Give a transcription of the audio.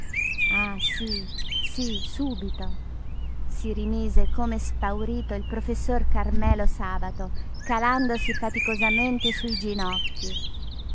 ah sí sí subito si rimise come spaurito il professor carmelo sabato calandosi faticosamente sui ginocchi